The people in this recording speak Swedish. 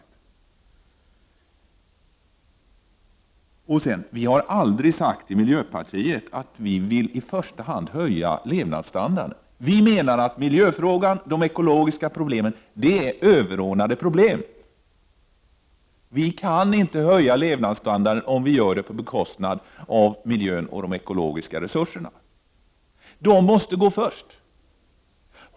Vi i miljöpartiet har aldrig sagt att vi i första hand vill höja levnadsstandarden. Vi menar att miljöfrågan, de ekologiska problemen, är överordnade. Vi kan inte höja levnadsstandarden om vi gör det på bekostnad av miljön och de ekologiska resurserna. De måste gå först.